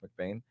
McBain